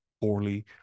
poorly